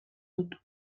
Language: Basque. dut